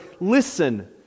Listen